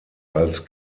als